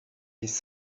his